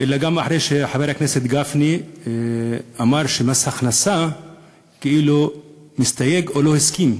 אלא גם משום שחבר הכנסת גפני אמר שמס הכנסה כאילו מסתייג או לא הסכים.